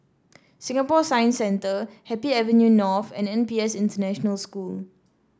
Singapore Science Centre Happy Avenue North and N P S International School